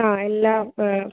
ആ എല്ലാം